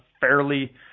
fairly